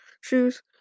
shoes